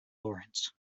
lawrence